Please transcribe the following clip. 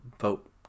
vote